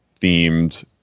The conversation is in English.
themed